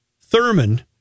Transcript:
Thurman